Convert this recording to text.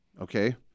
okay